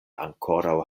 ankoraŭ